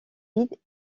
vide